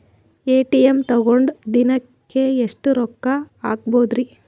ATM ತಗೊಂಡ್ ದಿನಕ್ಕೆ ಎಷ್ಟ್ ರೊಕ್ಕ ಹಾಕ್ಬೊದ್ರಿ?